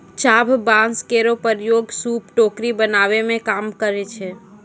चाभ बांस केरो प्रयोग सूप, टोकरी बनावै मे काम करै छै